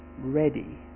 ready